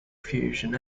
fusion